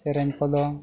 ᱥᱮᱨᱮᱧ ᱠᱚᱫᱚ